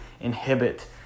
inhibit